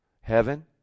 Heaven